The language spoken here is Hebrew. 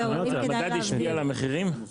והמדד השפיע על המחירים?